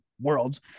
worlds